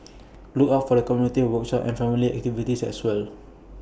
look out for community workshops and family activities as well